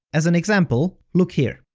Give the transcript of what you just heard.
as an example, look here.